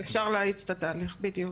אפשר להאיץ את התהליך, בדיוק.